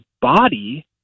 body